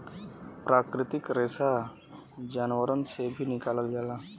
प्राकृतिक रेसा जानवरन से भी निकालल जाला